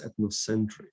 ethnocentric